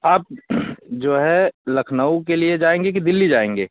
आप जो है लखनऊ के लिए जाएँगे कि दिल्ली जाएँगे